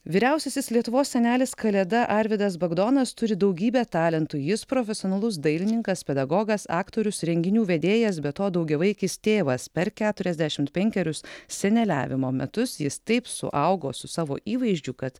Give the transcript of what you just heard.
vyriausiasis lietuvos senelis kalėda arvydas bagdonas turi daugybę talentų jis profesionalus dailininkas pedagogas aktorius renginių vedėjas be to daugiavaikis tėvas per keturiasdešimt penkerius seneliavimo metus jis taip suaugo su savo įvaizdžiu kad